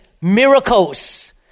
miracles